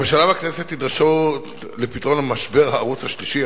הממשלה והכנסת נדרשות לפתרון משבר הערוץ השלישי,